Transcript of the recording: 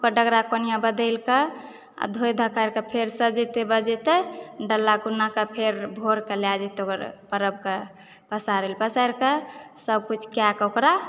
ओकर डगरा कोनिया बदलि कऽ आ धोए धकारि कऽ फेर सजेतै बजेतै डाला कुना कऽ फेर भोर कऽ लए जेतै ओकर परब कऽ पसारै ला पसारि कऽ सबकिछु कए कऽ ओकरा